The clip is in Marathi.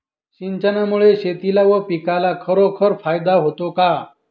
सिंचनामुळे शेतीला व पिकाला खरोखर फायदा होतो का?